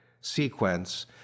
sequence